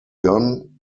gone